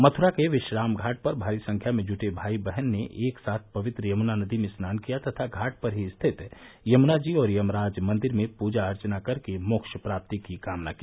मथुरा के विश्राम घाट पर भारी संख्या में जूटे भाई बहन ने एक साथ पवित्र यमुना नदी में स्नान किया तथा घाट पर ही स्थित यमुना जी और यमराज मंदिर में पूजा अर्चना कर के मोक्ष प्राप्ति की कामना की